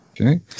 Okay